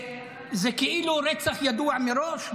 זה כאילו רצח ידוע מראש,